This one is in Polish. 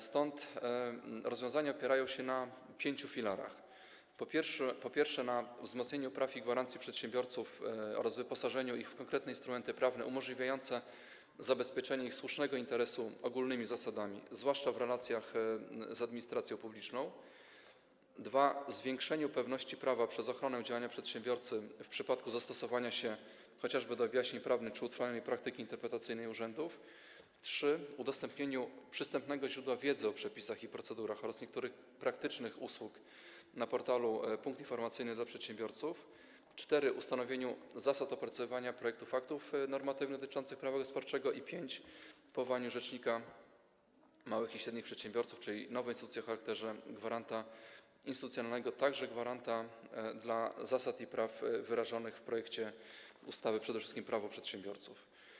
Stąd rozwiązania opierają się na pięciu filarach: po pierwsze, na wzmocnieniu praw i gwarancji dla przedsiębiorców oraz wyposażeniu ich w konkretne instrumenty prawne umożliwiające zabezpieczenie ich słusznego interesu ogólnymi zasadami, zwłaszcza w relacjach z administracją publiczną, po drugie, na zwiększeniu pewności prawa przez ochronę działania przedsiębiorcy w przypadku zastosowania się chociażby do wyjaśnień prawnych czy utrwalonej praktyki interpretacyjnej urzędów, po trzecie, na udostępnieniu przystępnego źródła wiedzy o przepisach i procedurach oraz niektórych praktycznych usług na portalu Punkt Informacji dla Przedsiębiorcy, po czwarte, na ustanowieniu zasad opracowywania projektów aktów normatywnych dotyczących prawa gospodarczego, po piąte, na powołaniu rzecznika małych i średnich przedsiębiorców, czyli nowej instytucji o charakterze gwaranta instytucjonalnego zasad i praw wyrażonych przede wszystkim w projekcie ustawy Prawo przedsiębiorców.